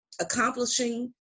accomplishing